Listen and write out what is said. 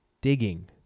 digging